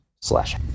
slash